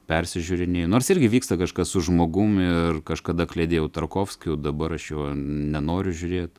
persižiūrinėji nors irgi vyksta kažkas su žmogum ir kažkada kliedėjau tarkovskiu dabar aš jo nenoriu žiūrėt